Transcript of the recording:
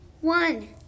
one